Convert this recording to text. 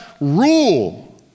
rule